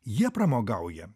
jie pramogauja